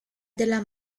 della